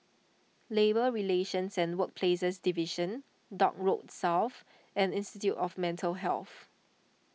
Labour Relations and Workplaces Division Dock Road South and Institute of Mental Health